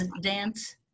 Dance